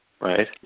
right